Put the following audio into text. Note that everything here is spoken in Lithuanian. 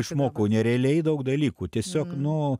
išmokau nerealiai daug dalykų tiesiog nu